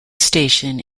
station